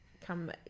Come